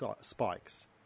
spikes